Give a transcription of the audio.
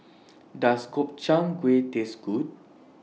Does Gobchang Gui Taste Good